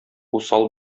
усал